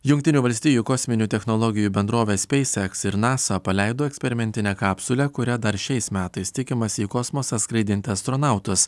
jungtinių valstijų kosminių technologijų bendrovės spacex ir nasa paleido eksperimentinę kapsulę kuria dar šiais metais tikimasi į kosmosą skraidinti astronautus